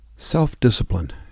Self-discipline